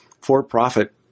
for-profit